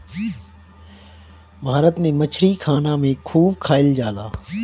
भारत में मछरी खाना में खूब खाएल जाला